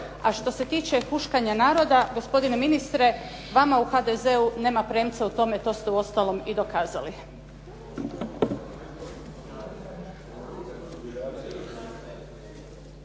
A što se tiče huškanja naroda, gospodine ministre vama u HDZ-u nema premca u tome, to ste uostalom i dokazali.